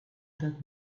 that